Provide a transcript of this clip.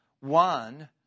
one